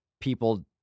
people